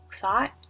thought